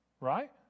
Right